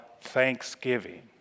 thanksgiving